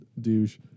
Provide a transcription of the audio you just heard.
douche